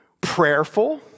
prayerful